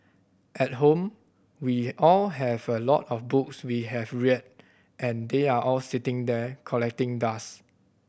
at home we all have a lot of books we have read and they are all sitting there collecting dust